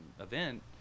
event